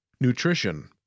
Nutrition